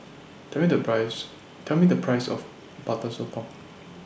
Tell Me The Price Tell Me The Price of Butter Sotong